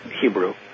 Hebrew